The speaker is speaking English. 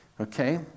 Okay